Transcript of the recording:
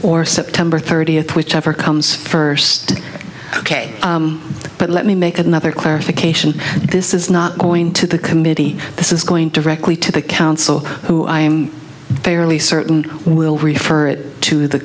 or september thirtieth which never comes first ok but let me make another clarification this is not going to the committee this is going to wreck lee to the council who i'm fairly certain will refer it to the